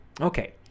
Okay